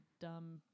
dumb